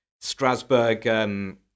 Strasbourg